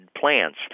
plants